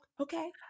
okay